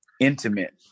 intimate